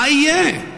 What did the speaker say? מה יהיה?